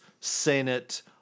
Senate